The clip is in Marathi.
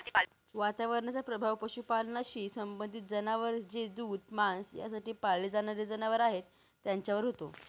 वातावरणाचा प्रभाव पशुपालनाशी संबंधित जनावर जे दूध, मांस यासाठी पाळले जाणारे जनावर आहेत त्यांच्यावर होतो